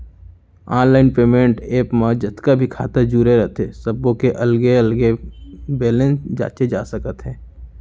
online payment app म जतका भी खाता जुरे रथे सब्बो के अलगे अलगे बेलेंस जांचे जा सकत हे